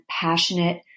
passionate